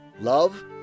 love